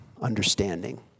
understanding